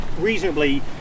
reasonably